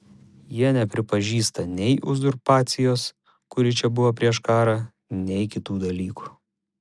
jie nepripažįsta nei uzurpacijos kuri čia buvo prieš karą nei kitų dalykų